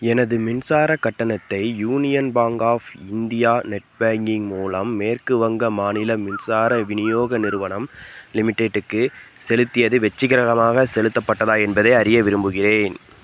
எனது மின்சாரக் கட்டணத்தை union bank of India net banking மூலம் மேற்கு வங்க மாநில மின்சார விநியோக நிறுவனம் லிமிடெட்க்கு செலுத்தியது வெற்றிகரமாக செலுத்தப்பட்டதா என்பதை அறிய விரும்புகிறேன்